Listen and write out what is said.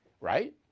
Right